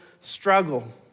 struggle